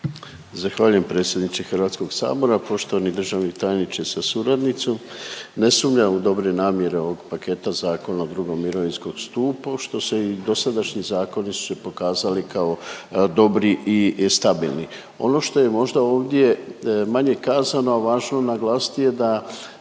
Zahvaljujem predsjedniče Hrvatskog sabora, poštovani državni tajniče sa suradnicom. Ne sumnjam u dobre namjere ovog paketa Zakona o drugom mirovinskom stupu što se i dosadašnji zakoni su se pokazali kao dobri i stabilni. Ono što je možda ovdje manje kazano, a važno naglasiti je da